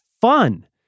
fun